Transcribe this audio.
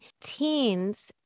Teens